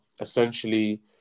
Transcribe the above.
essentially